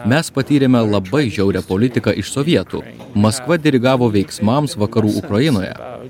mes patyrėme labai žiaurią politiką iš sovietų maskva dirigavo veiksmams vakarų ukrainoje